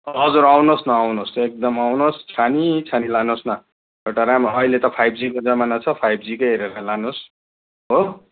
हजुर आउनुहोस् न आउनुहोस् एकदम आउनुहोस् छानीछानी लानुहोस् न एउटा राम्रो अहिले त फाइभ जीको जमाना छ फाइभ जीकै हेरेर लानुहोस् हो